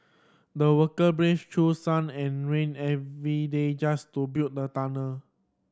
the worker braved through sun and rain every day just to build the tunnel